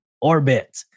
orbit